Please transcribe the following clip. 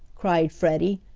cried freddie.